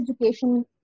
education